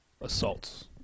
assaults